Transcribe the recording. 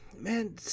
Man